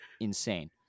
insane